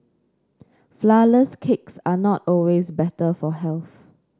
flourless cakes are not always better for health